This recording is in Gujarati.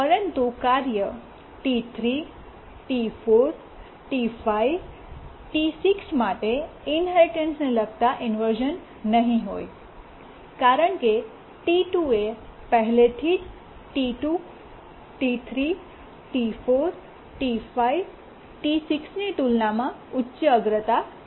પરંતુ કાર્ય T3 T4 T5 T6 માટે ઇન્હેરિટન્સને લગતા ઇન્વર્શ઼ન નહીં હોય કારણ કે T2 એ પહેલેથી જ T3T4T5T6 ની તુલનામાં ઉચ્ચઅગ્રતા છે